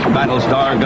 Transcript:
Battlestar